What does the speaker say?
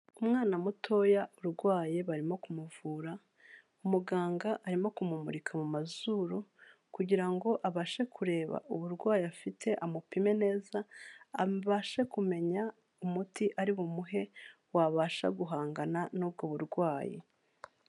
Umwana mutoya urwaye barimo kumuvura, umuganga arimo kumumurika mu mazuru, kugira ngo abashe kureba uburwayi afite amupime neza, abashe kumenya umuti ari bumuhe wabasha guhangana n'ubwo burwayi.